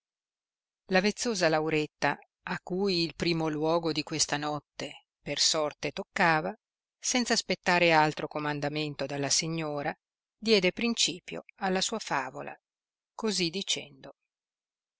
la vezzosa lauretta a cui il primo luogo di questa notte per sorte toccava senza aspettare altro comandamento dalla signora diede principio alla sua favola così dicendo